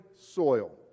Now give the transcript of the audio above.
soil